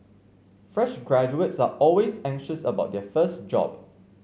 fresh graduates are always anxious about their first job